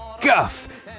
guff